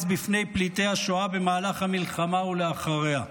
בפני פליטי השואה במהלך המלחמה ואחריה.